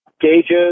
gauges